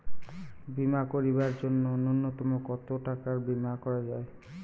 বীমা করিবার জন্য নূন্যতম কতো টাকার বীমা করা যায়?